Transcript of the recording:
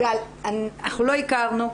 גל, אנחנו לא הכרנו.